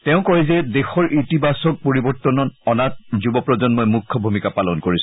তেওঁ কয় যে দেশৰ ইতিবাচক পৰিৱৰ্তন অনাত যুৱ প্ৰজন্মই মুখ্য ভূমিকা পালন কৰিছে